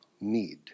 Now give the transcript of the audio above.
need